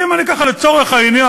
ואם אני, ככה, לצורך העניין,